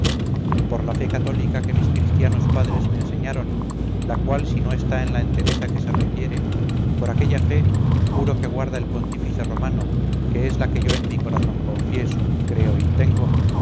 por la fe cathólica que mis christianos padres me enseñaron la cual si no está en la entereza que se requiere por aquella fe juro que guarda el pontífice romano que es la que yo en mi corazón confieso creo y tengo